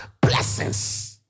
blessings